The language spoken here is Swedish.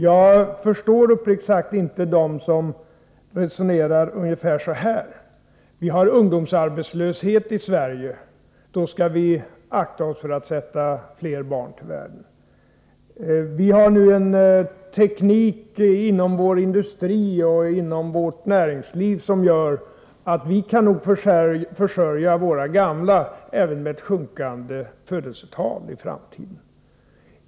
Jag förstår uppriktigt sagt inte dem som resonerar ungefär på följande sätt: Vi har ungdomsarbetslöshet i Sverige. Då skall vi akta oss för att sätta fler barn till världen. Vi har nu en teknik inom vår industri och inom vårt näringsliv i övrigt som gör att vi nog kan försörja våra gamla även om det blir ett sjunkande födelsetal i framtiden.